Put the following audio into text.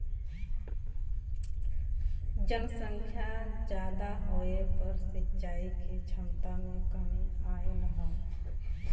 जनसंख्या जादा होये पर सिंचाई के छमता में कमी आयल हौ